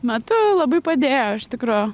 metu labai padėjo iš tikro